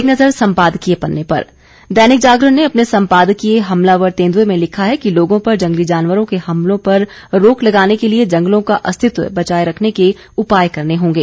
एक नजर संपादकीय पन्ने पर दैनिक जागरण ने अपने संपादकीय हमलावर तेंदुए में लिखा है कि लोगों पर जंगली जानवरों के हमलों पर रोक लगाने के लिए जंगलों का अस्तित्व बचाए रखने के उपाए करने होंगे